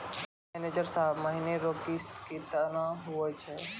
manager साहब महीना रो किस्त कितना हुवै छै